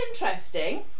interesting